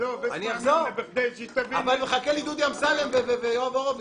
אבל מחכים לי דודי אמסלם ויואב הורוביץ.